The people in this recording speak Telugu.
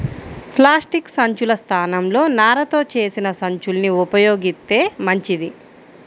ప్లాస్టిక్ సంచుల స్థానంలో నారతో చేసిన సంచుల్ని ఉపయోగిత్తే మంచిది